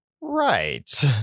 right